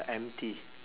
empty